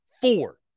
four